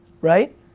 Right